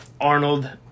Arnold